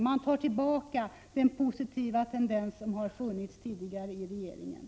Regeringen tar tillbaka den positiva inställning som den tidigare har haft.